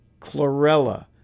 Chlorella